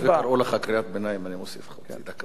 היות שקראו לך קריאת ביניים אני מוסיף לך דקה.